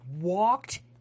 walked